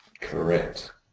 Correct